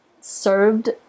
served